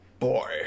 Boy